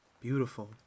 beautiful